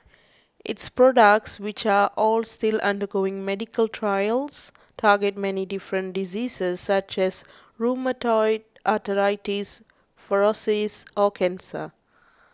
its products which are all still undergoing medical trials target many different diseases such as rheumatoid arthritis psoriasis or cancer